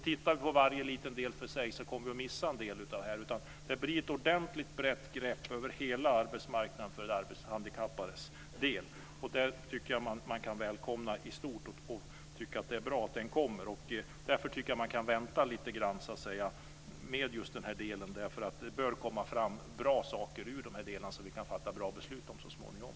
Tittar vi på varje liten del för sig kommer vi att missa en del, så det blir ett ordentligt brett grepp över hela arbetsmarknaden för de arbetshandikappades del. Det tycker jag att man kan välkomna och tycka att det är bra att det kommer en översyn. Därför tycker jag att man kan vänta lite grann med just den här delen, därför att det bör komma fram bra saker ur den här översynen så att vi kan fatta bra beslut så småningom.